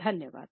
धन्यवाद